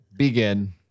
Begin